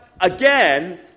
again